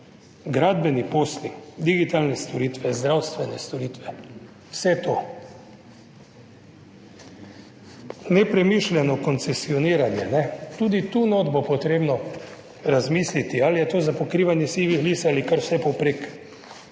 Gradbeni posli, digitalne storitve, zdravstvene storitve, vse to. Nepremišljeno koncesioniranje. Tudi tu notri bo potrebno razmisliti, ali je to za pokrivanje sivih lis ali kar vsepovprek.